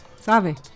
¿Sabe